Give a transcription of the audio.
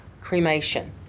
cremation